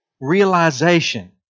realization